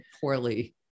poorly